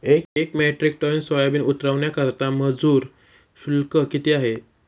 एक metric ton soybean उतरवण्याकरता मजूर शुल्क किती आहे?